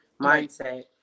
mindset